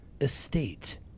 estate